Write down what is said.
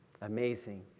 Amazing